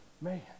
Man